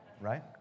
Right